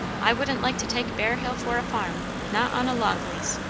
i wouldn't like to take bear hill for a farm, not on a long lease.